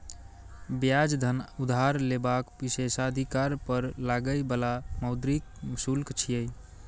ब्याज धन उधार लेबाक विशेषाधिकार पर लागै बला मौद्रिक शुल्क छियै